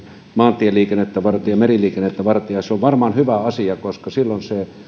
maantieliikennettä varten ja meriliikennettä varten ja se on varmaan hyvä asia koska silloin